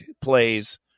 plays